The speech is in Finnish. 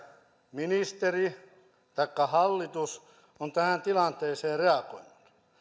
ministeri taikka hallitus on tähän tilanteeseen reagoinut